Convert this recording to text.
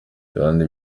kandi